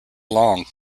long